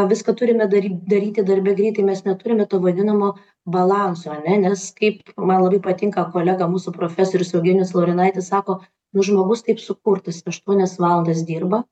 o viską turime dary daryti darbe greitai mes neturime to vadinamo balanso ane nes kaip man labai patinka kolega mūsų profesorius eugenijus laurinaitis sako nu žmogus taip sukurtas aštuonias valandas dirba